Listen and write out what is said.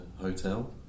Hotel